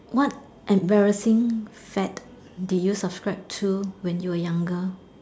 what embarrassing fad did you subscribe to when you were younger